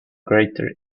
greater